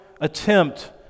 attempt